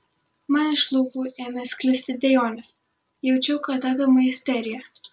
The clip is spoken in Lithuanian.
man iš lūpų ėmė sklisti dejonės jaučiau kad apima isterija